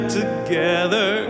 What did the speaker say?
together